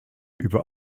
über